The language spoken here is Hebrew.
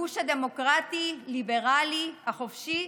הגוש הדמוקרטי, הליברלי, החופשי,